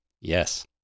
Yes